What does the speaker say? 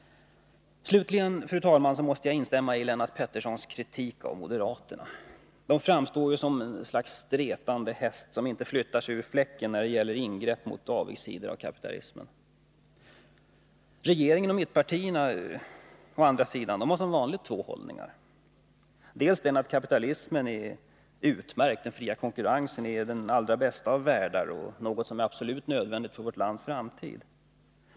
Slutligen, fru talman, måste jag instämma i Lennart Petterssons kritik av moderaterna. De framstår som en stretande häst som inte flyttar sig ur fläcken när det gäller ingrepp mot avigsidor av kapitalismen. Regeringen och mittenpartierna har som vanligt två hållningar. Dels menar man att kapitalismen är utmärkt, dels att den fria konkurrensen ger den allra bästa av världar och är något absolut nödvändigt för vårt lands framtid.